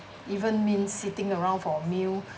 even mean sitting around for a meal